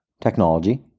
technology